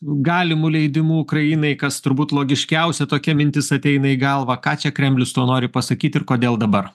galimu leidimu ukrainai kas turbūt logiškiausia tokia mintis ateina į galvą ką čia kremlius tuo nori pasakyt ir kodėl dabar